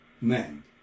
men